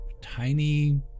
tiny